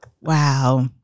Wow